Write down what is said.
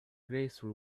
graceful